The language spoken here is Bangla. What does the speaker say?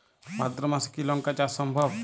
ভাদ্র মাসে কি লঙ্কা চাষ সম্ভব?